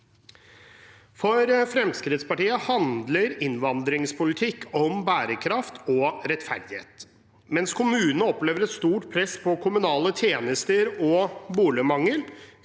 For Fremskrittspartiet handler innvandringspolitikk om bærekraft og rettferdighet. Mens kommunene opplever et stort press på kommunale tjenester og boligmangel,